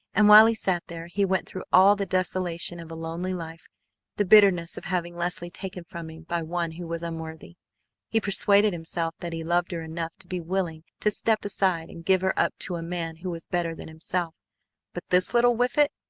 and while he sat there he went through all the desolation of a lonely life the bitterness of having leslie taken from him by one who was unworthy he persuaded himself that he loved her enough to be willing to step aside and give her up to a man who was better than himself but this little whiffet